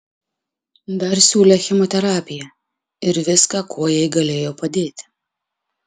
dar siūlė chemoterapiją ir viską kuo jai galėjo padėti